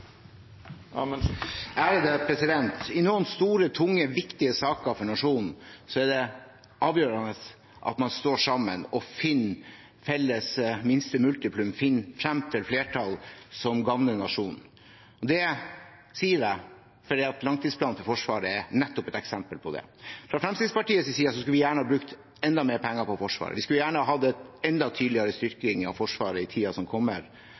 I noen store, tunge og viktige saker for nasjonen er det avgjørende at man står sammen og finner felles minste multiplum, finner frem til flertall som gagner nasjonen. Det sier jeg fordi langtidsplanen for Forsvaret nettopp er et eksempel på det. Fra Fremskrittspartiets side skulle vi gjerne brukt enda mer penger på Forsvaret. Vi skulle gjerne hatt en enda tydeligere styrking av Forsvaret i tiden som kommer,